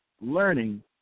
Learning